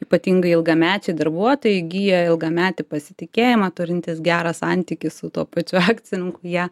ypatingai ilgamečiai darbuotojai įgiję ilgametę pasitikėjimą turintys gerą santykį su tuo pačiu akcininkų ją